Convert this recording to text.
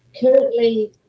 currently